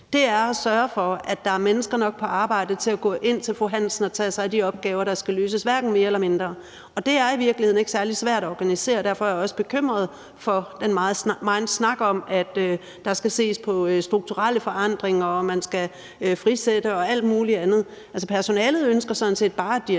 det er at sørge for, at der er mennesker nok på arbejde til at gå ind til fru Hansen og tage sig af de opgaver, der skal løses – hverken mere eller mindre. Og det er i virkeligheden ikke særlig svært at organisere, og derfor er jeg også bekymret for den megen snak om, at der skal ses på strukturelle forandringer, og at man skal frisætte og alt muligt andet. Altså, personalet ønsker sådan set bare, at de